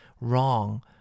wrong